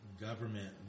government